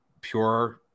pure